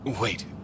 Wait